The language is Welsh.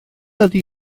ydy